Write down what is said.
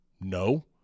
No